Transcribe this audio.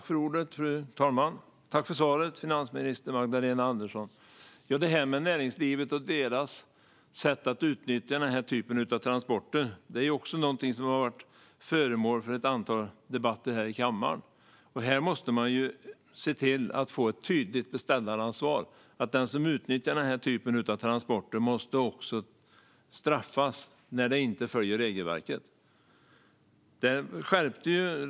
Fru talman! Tack för svaret, finansminister Magdalena Andersson! När det gäller näringslivet och deras sätt att utnyttja den här typen av transporter är det också någonting som har varit föremål för ett antal debatter här i kammaren. Man måste se till att få ett tydligt beställaransvar där den som utnyttjar den här typen av transporter också straffas när regelverket inte följs.